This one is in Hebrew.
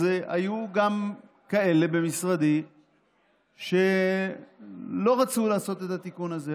היו גם כאלה במשרדי שלא רצו לעשות את התיקון הזה,